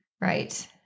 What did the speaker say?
Right